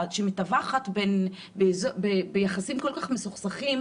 שמתווכת ביחסים כל כך מסוכסכים